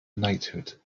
knighthood